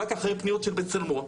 רק אחרי פניות של בצלמו.